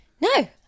No